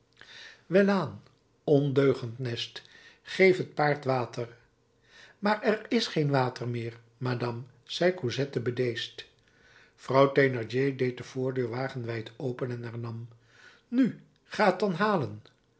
welaan ondeugend nest geef het paard water maar er is geen water meer madame zei cosette bedeesd vrouw thénardier deed de voordeur wagenwijd open en hernam nu ga t dan halen